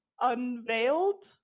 unveiled